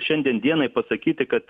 šiandien dienai pasakyti kad